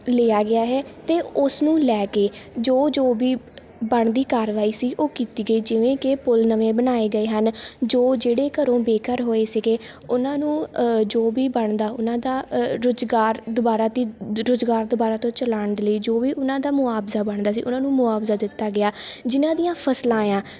ਲਿਆ ਗਿਆ ਹੈ ਅਤੇ ਉਸ ਨੂੰ ਲੈ ਕੇ ਜੋ ਜੋ ਵੀ ਬਣਦੀ ਕਾਰਵਾਈ ਸੀ ਉਹ ਕੀਤੀ ਗਈ ਜਿਵੇਂ ਕਿ ਪੁਲ ਨਵੇਂ ਬਣਾਏ ਗਏ ਹਨ ਜੋ ਜਿਹੜੇ ਘਰੋਂ ਬੇਘਰ ਹੋਏ ਸੀਗੇ ਉਨ੍ਹਾਂ ਨੂੰ ਜੋ ਵੀ ਬਣਦਾ ਉਨ੍ਹਾਂ ਦਾ ਰੁਜ਼ਗਾਰ ਦੁਬਾਰਾ ਤੀ ਰੁਜ਼ਗਾਰ ਦੁਬਾਰਾ ਤੋਂ ਚਲਾਉਣ ਦੇ ਲਈ ਜੋ ਵੀ ਉਨ੍ਹਾਂ ਦਾ ਮੁਆਵਜ਼ਾ ਬਣਦਾ ਸੀ ਉਨ੍ਹਾਂ ਨੂੰ ਮੁਆਵਜ਼ਾ ਦਿੱਤਾ ਗਿਆ ਜਿਨ੍ਹਾਂ ਦੀਆਂ ਫਸਲਾਂ ਹੈ